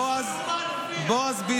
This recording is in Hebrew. בוא'נה,